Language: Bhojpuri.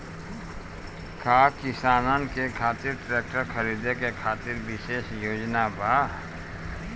का किसानन के खातिर ट्रैक्टर खरीदे खातिर विशेष योजनाएं बा?